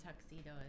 tuxedo